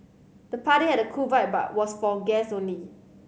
the party had a cool vibe but was for guest only